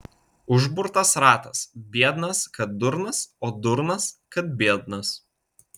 užburtas ratas biednas kad durnas o durnas kad biednas